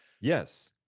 Yes